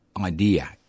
idea